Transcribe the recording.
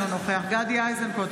אינו נוכח גדי איזנקוט,